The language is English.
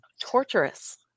torturous